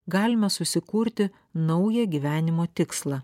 galime susikurti naują gyvenimo tikslą